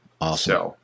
awesome